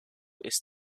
ist